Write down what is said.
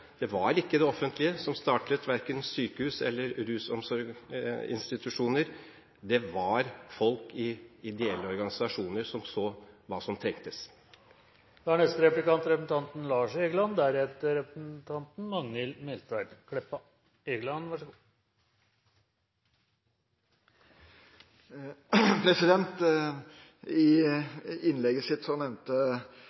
det var ikke det offentlige som startet verken sykehus eller rusomsorgsinstitusjoner; det var folk i ideelle organisasjoner som så hva som trengtes. I innlegget sitt nevnte representanten Syversen behovet for en ny regjering for å få kontroll med kostnadsoverskridelser og snakket kanskje ikke så